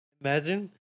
Imagine